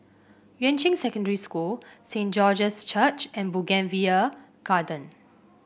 Yuan Ching Secondary School Saint George's Church and Bougainvillea Garden